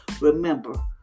Remember